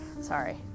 Sorry